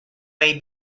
may